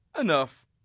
Enough